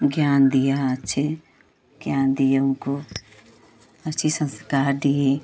ज्ञान दिया अच्छे ज्ञान दिए उनको अच्छी संस्कार दिए